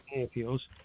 appeals